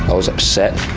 was upset,